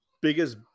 biggest